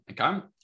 okay